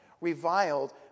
reviled